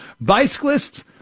bicyclists